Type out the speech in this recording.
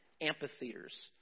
amphitheaters